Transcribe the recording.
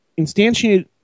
instantiate